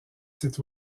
sites